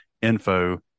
info